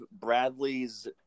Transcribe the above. Bradley's